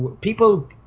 people